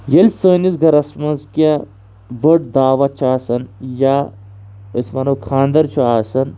ییٚلہِ سٲنِس گَرَس منٛز کینٛہہ بٔڈ دعوت چھِ آسان یا أسۍ وَنو خاندَر چھُ آسان